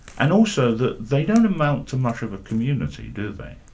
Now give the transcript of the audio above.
and also that they don't amount to much of a community, do they?